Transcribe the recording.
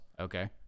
Okay